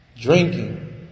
Drinking